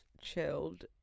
chilled